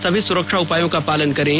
सभी सुरक्षा उपायों का पालन करें